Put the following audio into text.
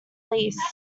lease